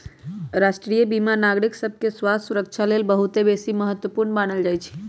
राष्ट्रीय बीमा नागरिक सभके स्वास्थ्य सुरक्षा लेल बहुत बेशी महत्वपूर्ण मानल जाइ छइ